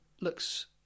looks